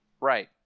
Right